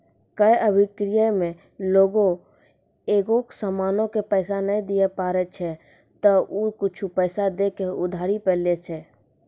क्रय अभिक्रय मे लोगें एगो समानो के पैसा नै दिये पारै छै त उ कुछु पैसा दै के उधारी पे लै छै